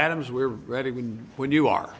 adams we're ready when when you are